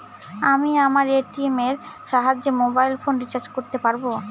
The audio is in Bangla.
আমি আমার এ.টি.এম এর সাহায্যে মোবাইল ফোন রিচার্জ করতে পারব?